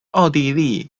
奥地利